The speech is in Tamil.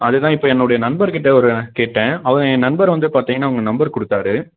அது தான் இப்போ என்னுடைய நண்பர் கிட்ட ஒரு கேட்டேன் அவன் என் நண்பர் வந்து பார்த்தீங்கன்னா உங்கள் நம்பர் கொடுத்தாரு